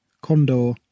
Condor